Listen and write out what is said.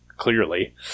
Clearly